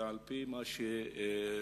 ועל-פי מה ששמענו,